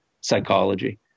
psychology